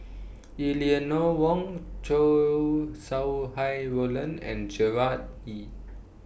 Eleanor Wong Chow Sau Hai Roland and Gerard Ee